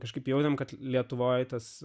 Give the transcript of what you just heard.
kažkaip jautėme kad lietuvoje tas